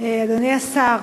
אדוני השר,